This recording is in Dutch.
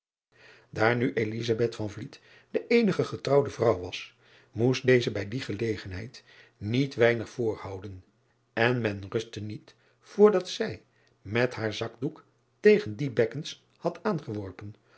aar nu de eenige getrouwde vrouw was moest deze bij die gelegenheid niet weinig voorhouden en men rustte niet voor dat zij met haar zakdoek tegen die bekkens had aangeworpen